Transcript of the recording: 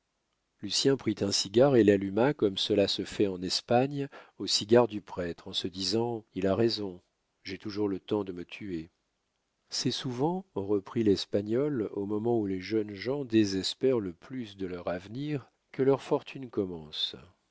lucien prit un cigare et l'alluma comme cela se fait en espagne au cigare du prêtre en se disant il a raison j'ai toujours le temps de me tuer c'est souvent reprit l'espagnol au moment où les jeunes gens désespèrent le plus de leur avenir que leur fortune commence